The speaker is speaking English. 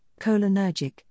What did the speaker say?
cholinergic